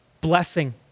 blessing